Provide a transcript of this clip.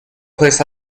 place